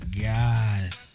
god